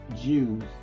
jews